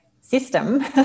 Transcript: system